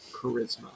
charisma